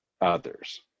others